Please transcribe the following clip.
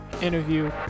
interview